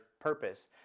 purpose